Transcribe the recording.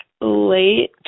late